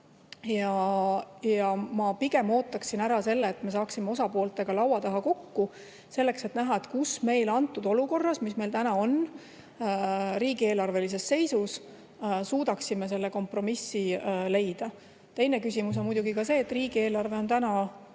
Ma pigem ootaksin ära selle, et me saaksime osapooltega laua taga kokku, selleks et näha, kus me olukorras, mis meil täna on, riigieelarvelises seisus suudaksime kompromissi leida. Teine küsimus on muidugi see, et riigieelarve on praegu